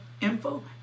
info